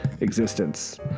existence